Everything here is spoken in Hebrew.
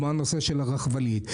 כמו הנושא של הרכבלית.